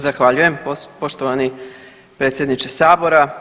Zahvaljujem poštovani predsjedniče sabora.